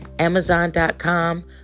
Amazon.com